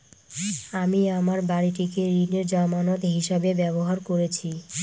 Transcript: আমি আমার বাড়িটিকে ঋণের জামানত হিসাবে ব্যবহার করেছি